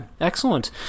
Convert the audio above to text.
excellent